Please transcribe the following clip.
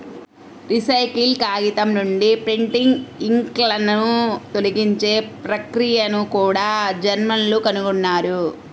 recycle కాగితం నుండి printing ఇంక్లను తొలగించే ప్రక్రియను కూడా జర్మన్లు కనుగొన్నారు